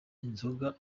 inzoga